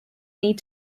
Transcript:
need